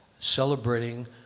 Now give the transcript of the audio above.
celebrating